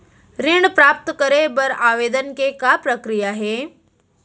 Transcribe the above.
ऋण प्राप्त करे बर आवेदन के का प्रक्रिया हे?